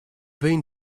been